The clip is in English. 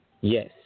Yes